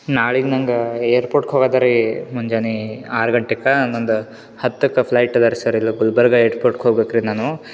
ನಾಳಿಗೆ ನಂಗೆ ಏರ್ಪೋಟ್ ಹೋಗೋದ ರೀ ಮುಂಜಾನೆ ಆರು ಗಂಟೆಗ ನಂದು ಹತ್ತಕ್ಕೆ ಫ್ಲೈಟ್ ಅದು ರೀ ಸರ್ ಇಲ್ಲಿ ಗುಲ್ಬರ್ಗ ಏರ್ಪೋಟ್ ಹೋಗ್ಬೇಕು ರೀ ನಾನು